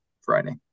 Friday